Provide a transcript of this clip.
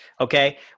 Okay